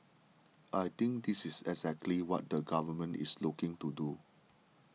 I think this is exactly what the government is looking to do